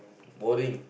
boring